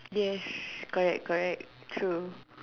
yes correct correct true